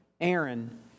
Aaron